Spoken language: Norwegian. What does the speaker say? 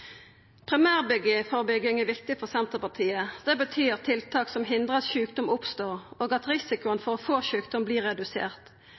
men førebygging av sjukdom er enda viktigare. Primærførebygging er viktig for Senterpartiet. Det betyr tiltak som hindrar at sjukdom oppstår, og at risikoen